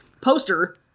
Poster